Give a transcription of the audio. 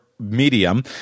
Medium